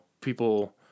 people